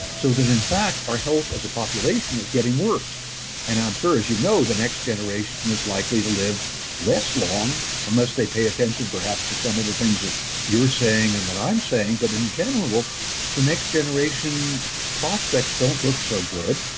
so, that in fact our health as a population is getting worse and i'm sure, as you know, the next generation is likely to live less long unless they pay attention perhaps to some of the things that you're saying and that i'm saying. but, in general, the next generation's prospect don't look so good.